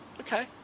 Okay